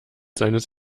seines